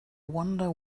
wonder